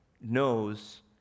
knows